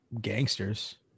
gangsters